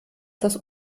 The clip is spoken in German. das